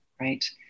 right